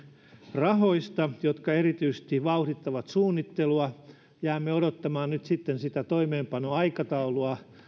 rahoista jotka vauhdittavat erityisesti suunnittelua jäämme odottamaan nyt sitten sitä toimeenpanoaikataulua